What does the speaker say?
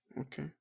Okay